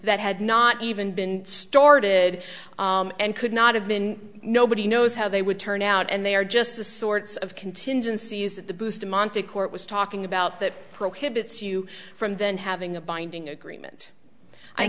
that had not even been started and could not have been nobody knows how they would turn out and they are just the sorts of contingencies that the bustamante court was talking about that prohibits you from then having a binding agreement i